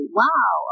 wow